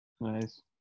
Nice